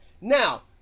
now